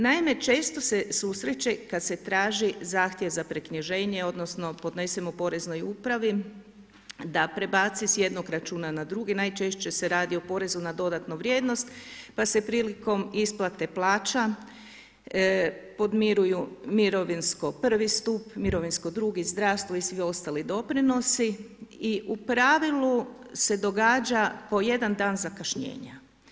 Naime, često se susreće kada se traži zahtjev za preknjiženje odnosno podnesemo Poreznoj upravi da prebaci s jednog računa na drugi, najčešće se radi o porezu na dodatnu vrijednost pa se prilikom isplate plaća podmiruju mirovinsko prvi stup, mirovinsko drugi, zdravstvo i svi ostali doprinosi u pravilu se događa po jedan dan zakašnjenja.